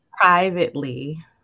Privately